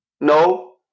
No